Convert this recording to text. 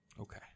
Okay